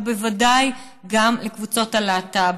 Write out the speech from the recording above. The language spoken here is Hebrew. ובוודאי גם בקבוצות הלהט"ב.